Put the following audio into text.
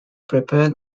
prepared